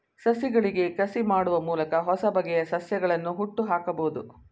ಸಸಿಗಳಿಗೆ ಕಸಿ ಮಾಡುವ ಮೂಲಕ ಹೊಸಬಗೆಯ ಸಸ್ಯಗಳನ್ನು ಹುಟ್ಟುಹಾಕಬೋದು